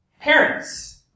parents